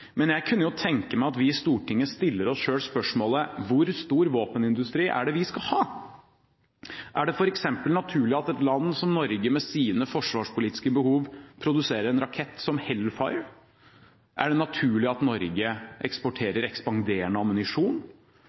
kunne jeg tenke meg at vi i Stortinget stiller oss selv det spørsmålet: Hvor stor våpenindustri er det vi skal ha? Er det f.eks. naturlig at et land som Norge, med sine forsvarspolitiske behov, produserer en rakett som Hellfire? Er det naturlig at Norge eksporterer ekspanderende ammunisjon?